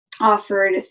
offered